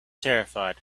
terrified